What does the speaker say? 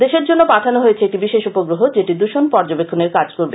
দেশের জন্য পাঠানো হয়েছে একটি বিশেষ উপগ্রহ যেটি দৃষণ পর্যবেক্ষণের কাজ করবে